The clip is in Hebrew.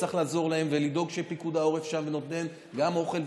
וצריך לעזור להן ולדאוג שפיקוד העורף שם ונותן גם אוכל.